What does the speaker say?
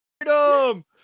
freedom